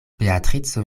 beatrico